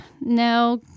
no